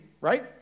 right